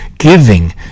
Giving